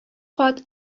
кат